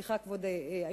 סליחה, כבוד היושב-ראש.